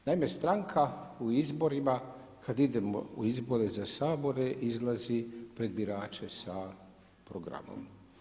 Naime, stranka u izborima kad idemo u izbore za Sabor izlazi pred birače sa programom.